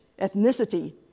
ethnicity